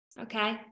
okay